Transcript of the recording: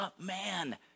man